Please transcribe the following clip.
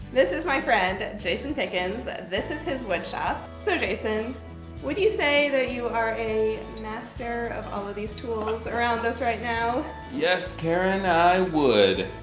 this is my friend jason pickens, and this is his wood shop. so jason would you say that you are a master of all of these tools around us right now? yes karen i wood.